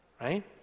right